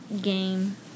game